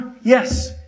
Yes